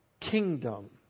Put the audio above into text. kingdom